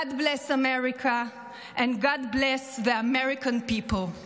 God bless America and God bless the American people.